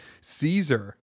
Caesar